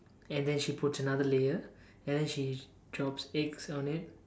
and then she puts another layer and then she drops eggs on it